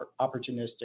opportunistic